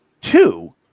Two